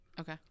Okay